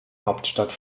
hauptstadt